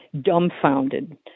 dumbfounded